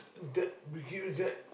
that we keep that